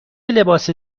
لباس